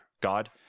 god